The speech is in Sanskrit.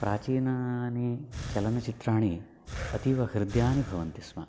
प्राचीनानि चलनचित्राणि अतीव हृद्यानि भवन्ति स्म